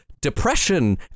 depression